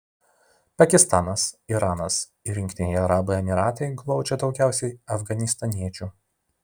pakistanas iranas ir jungtiniai arabų emyratai glaudžia daugiausiai afganistaniečių